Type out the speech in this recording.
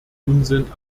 unsinn